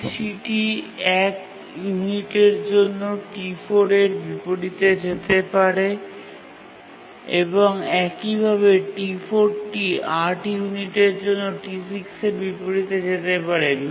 T3 টি ১ ইউনিটের জন্য T4 এর বিপরীতে যেতে পারে এবং একইভাবে T4 টি ৮টি ইউনিটের জন্য T6 এর বিপরীতে যেতে পারে